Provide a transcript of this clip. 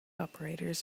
operators